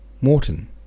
Morton